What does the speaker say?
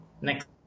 Next